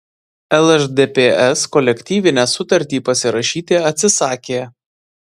lšdps kolektyvinę sutartį pasirašyti atsisakė